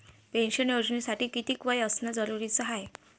Pension योजनेसाठी कितीक वय असनं जरुरीच हाय?